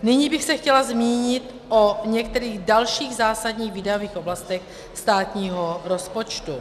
Nyní bych se chtěla zmínit o některých dalších zásadních výdajových oblastech státního rozpočtu.